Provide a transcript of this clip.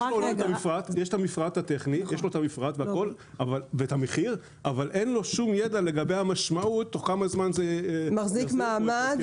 כן, כל הנושא של השקיפות